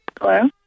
Hello